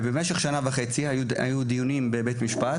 במשך שנה וחצי היו על זה דיונים בבית משפט